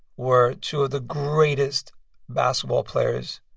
were two of the greatest basketball players